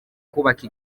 kubaka